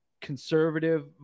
conservative